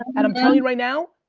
and i'm telling you right now,